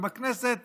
בכנסת